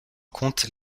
compte